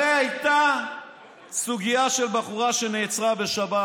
הרי הייתה סוגיה של בחורה שנעצרה בשבת.